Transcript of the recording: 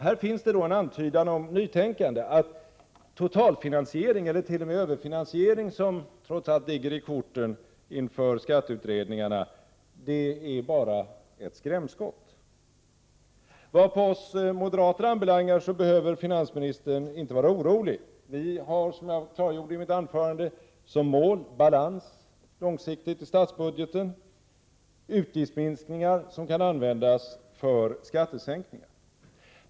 Här finns alltså en antydan om nytänkande, nämligen att totalfinansiering, eller t.o.m. överfinansiering, som trots allt så att säga ligger i korten inför skatteutredningarna, bara är ett skrämskott. Vad oss moderater anbelangar behöver finansministern inte vara orolig. Vi har, som jag redogjorde för i mitt anförande, som mål en långsiktig balans i statsbudgeten och utgiftsminskningar som kan användas för skattesänkningar.